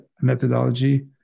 methodology